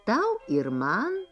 tau ir man